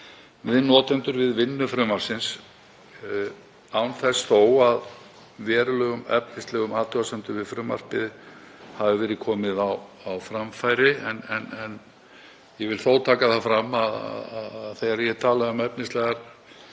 við notendur við vinnu frumvarpsins, án þess þó að verulegum efnislegum athugasemdum við frumvarpið hafi verið komið á framfæri. Ég vil þó taka fram að þegar ég tala um efnislegar